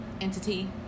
entity